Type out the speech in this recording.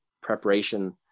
preparation